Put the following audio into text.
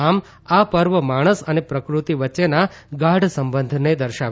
આમ આ પર્વ માણસ અને પ્રકૃતિ વચ્ચેના ગાઢ સંબંધને દર્શાવે છે